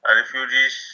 refugees